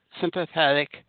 sympathetic